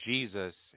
Jesus